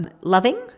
Loving